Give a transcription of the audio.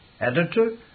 Editor